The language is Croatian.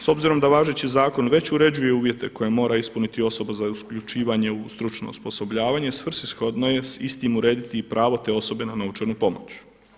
S obzirom da važeći zakon već uređuje uvjete koje mora ispuniti osoba za uključivanje u stručno osposobljavanje, svrsishodno je s istim urediti i pravo te osobe na novčanu pomoć.